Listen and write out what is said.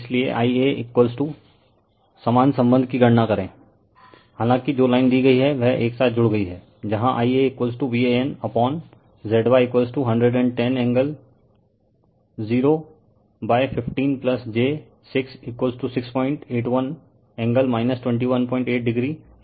इसलिए Ia समान संबंध की गणना करें हालांकि जो लाइन दी गई है वह एक साथ जुड़ गई है जहाँ IaVan अपओन Zy110 angle 015 j 6681 angle 218o ampere है